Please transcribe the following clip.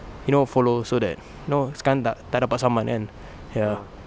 you know follow so that you know sekarang tak tak dapat saman kan ya